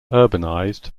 urbanized